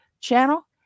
channel